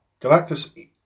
Galactus